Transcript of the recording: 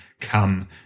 come